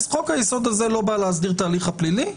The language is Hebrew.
חוק-היסוד הזה לא בא להסדיר את ההליך הפלילי,